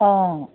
অঁ